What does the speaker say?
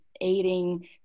aiding